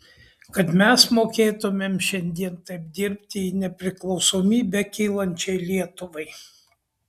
kad mes mokėtumėm šiandien taip dirbti į nepriklausomybę kylančiai lietuvai